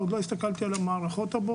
אני עוד לא הסתכלתי על המערכות הבוקר.